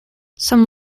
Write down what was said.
some